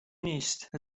نیست